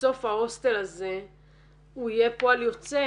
בסוף ההוסטל הזה הוא יהיה פועל יוצא.